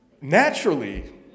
naturally